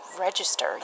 Register